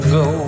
go